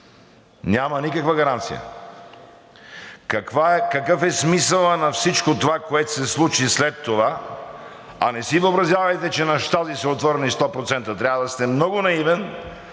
Няма никаква гаранция. Какъв е смисълът на всичко това, което се случи след това, а не си въобразявайте, че на Щази са отворени сто процента. Трябва да сте много наивен,